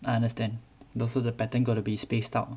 I understand also the pattern gotta be spaced out